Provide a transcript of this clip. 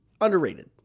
underrated